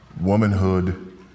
womanhood